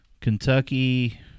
Kentucky